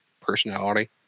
personality